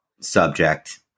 subject